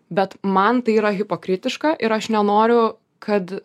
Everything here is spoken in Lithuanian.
bet man tai yra hipokritiška ir aš nenoriu kad